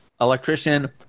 electrician